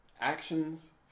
actions